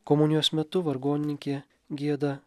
komunijos metu vargonininkė gieda